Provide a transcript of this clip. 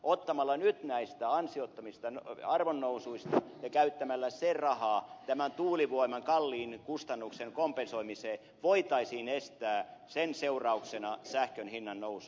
ottamalla nyt näistä ansiottomista arvonnousuista ja käyttämällä se raha tämän kalliin tuulivoiman kustannusten kompensoimiseen voitaisiin estää sen seurauksena sähkön hinnannousu